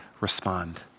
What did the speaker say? respond